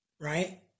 right